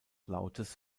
lautes